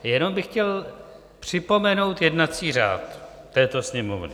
Jenom bych chtěl připomenout jednací řád této Sněmovny.